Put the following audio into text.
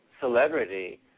celebrity